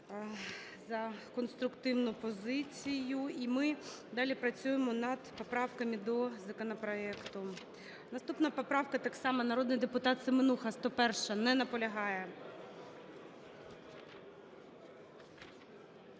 за конструктивну позицію. І ми далі працюємо над поправками до законопроекту. Наступна поправка так само народний депутат Семенуха, 101-а. Не наполягає.